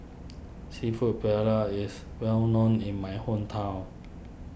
Seafood Paella is well known in my hometown